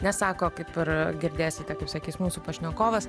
nes sako kaip ir girdėsite kaip sakys mūsų pašnekovas